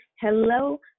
hello